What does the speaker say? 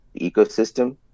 ecosystem